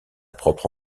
propre